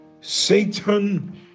satan